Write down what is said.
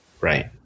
Right